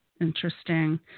Interesting